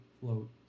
float